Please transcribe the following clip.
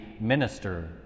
minister